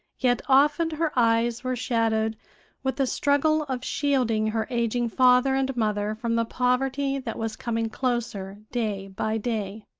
yet often her eyes were shadowed with the struggle of shielding her aging father and mother from the poverty that was coming closer day by day.